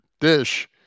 dish